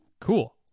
cool